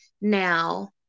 now